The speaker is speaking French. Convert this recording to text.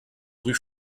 rue